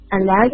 allow